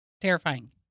Terrifying